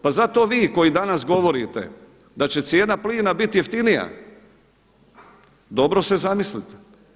Pa zato vi koji danas govorite da će cijena plina biti jeftinija dobro se zamislite.